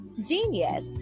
Genius